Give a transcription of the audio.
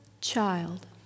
child